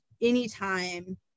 anytime